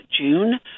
June